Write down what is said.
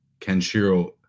Kenshiro